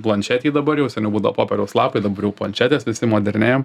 planšetėj dabar jau seniau būdavo popieriaus lapai dabar jau planšetės visi modernėjam